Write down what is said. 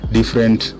different